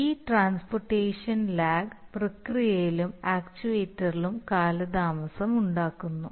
അതിനാൽ ഈ transportation lag പ്രക്രിയയിലും ആക്യുവേറ്ററിലും കാലതാമസമുണ്ടാക്കുന്നു